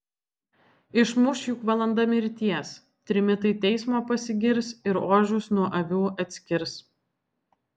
išmuš juk valanda mirties trimitai teismo pasigirs ir ožius nuo avių atskirs